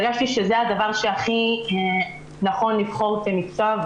הרגשתי שזה הדבר שהכי נכון לבחור כמקצוע,